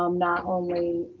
um not only,